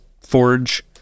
forge